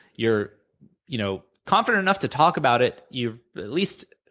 you're you know confident enough to talk about it. you've at least